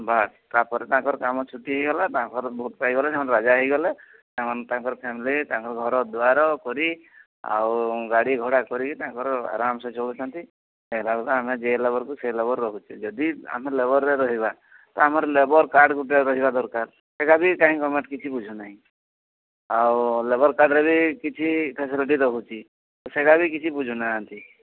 ବାସ୍ ତା'ପରେ ତାଙ୍କର କାମ ଛୁଟି ହେଇଗଲା ତାଙ୍କର ଭୋଟ୍ ପାଇଗଲେ ସେମାନେ ରାଜା ହେଇଗଲେ ସେମାନେ ତାଙ୍କର ଫ୍ୟାମିଲି ତାଙ୍କ ଘର ଦୁଆର କରି ଆଉ ଗାଡ଼ି ଘୋଡ଼ା କରିକି ତାଙ୍କର ଆରାମସେ ଚଳୁଛନ୍ତି ଦେଖିଲା ବେଳକୁ ଆମେ ଯେଇ ଲେବର୍କୁ ସେଇ ଲେବର୍ ରହୁଛେ ଯଦି ଆମେ ଲେବର୍ରେ ରହିବା ତ ଆମର ଲେବର କାର୍ଡ଼ ଗୋଟେ ରହିବା ଦରକାର ସେଇଟା ବି କାଇଁ ଗଭର୍ଣ୍ଣମେଣ୍ଟ୍ କିଛି ବୁଝୁନାହିଁ ଆଉ ଲେବର୍ କାର୍ଡ଼ରେ ବି କିଛି ଫ୍ୟାସିଲିଟି ରହୁଛି ତ ସେରା ବି କିଛି ବୁଝୁନାହାନ୍ତି